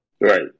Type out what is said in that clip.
right